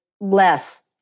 less